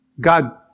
God